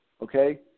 Okay